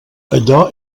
allò